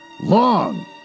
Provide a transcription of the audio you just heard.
long